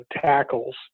tackles